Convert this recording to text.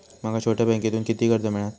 माका छोट्या बँकेतून किती कर्ज मिळात?